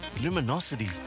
Luminosity